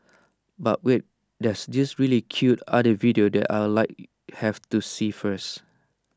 but wait there's this really cute otter video that I Like have to see first